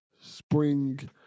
Spring